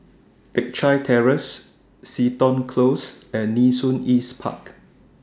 Teck Chye Terrace Seton Close and Nee Soon East Park